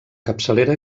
capçalera